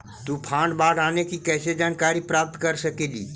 तूफान, बाढ़ आने की कैसे जानकारी प्राप्त कर सकेली?